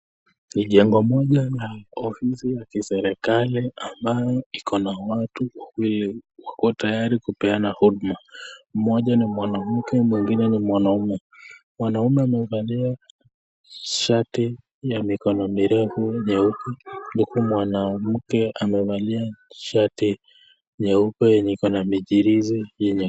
Ni chengo Moja la ofisi ya kiserikali ambayo iko na watu wengi wako tayari kupeana huduma moja ni mwanamke mwingine ni mwanamme, mwanaume wamevalia shati ya Mikono mirefu mweupe, huku mwanamke amevalia shati nyeupe yenye iko na michirizi yenye.